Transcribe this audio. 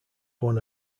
one